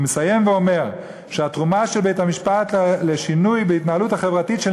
הוא מסיים ואומר שהתרומה של בית-המשפט לשינוי בהתנהלות החברתית של